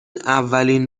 اولین